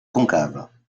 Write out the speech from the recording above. concave